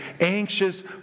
anxious